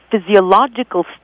physiological